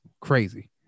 crazy